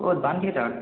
ক'ত বাণ থিয়েটাৰত